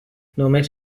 només